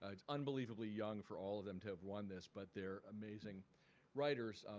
ah it's unbelievably young for all of them to have won this but they're amazing writers,